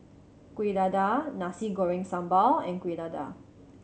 Kuih Dadar Nasi Goreng Sambal and Kuih Dadar